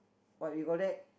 what you call that